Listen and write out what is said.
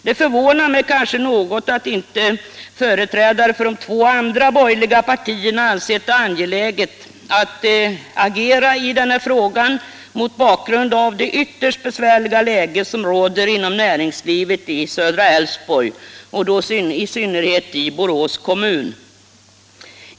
Det förvånar mig något att inte företrädare för de två andra borgerliga partierna ansett det angeläget att agera i denna fråga mot bakgrund av det ytterst be svärliga läge som råder inom näringslivet i södra Älvsborgs län, i synnerhet i Borås kommun.